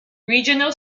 regional